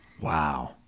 Wow